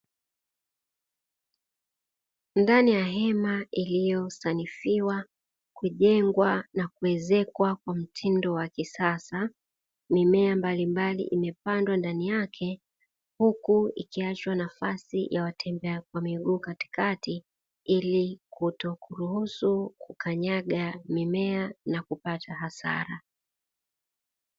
Ndani ya hema iliyosanifiwa, kujengwa na kuezekwa kwa mtindo wa kisasa. Mimea mbalimbali imepandwa ndani yake, huku ikiachwa nafasi ya watembea kwa miguu katikati, ili kutokuruhusu kukanyaga mimea na kupata hasara.